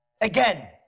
Again